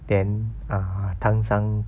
then uh 唐三